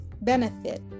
benefit